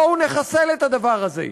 בואו נחסל את הדבר הזה.